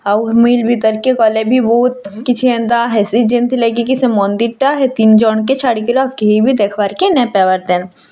ଆଉ ମୁଇଁ ଭିତରେ କେ ଗଲେ ବି ବହୁତ୍ କିଛି ଏନ୍ତା ହେସି ଯେମିତି ଲାଗି କି ସେ ମନ୍ଦିର୍ଟା ହେ ତିନି ଜଣ କେ ଛାଡ଼ିକିରି ଆଉ କେହି ବି ଦେଖ୍ବାର୍ କେ ନାଇଁ ପାଇବାର୍ ତେ